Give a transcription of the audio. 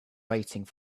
waiting